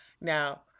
Now